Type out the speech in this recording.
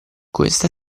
questo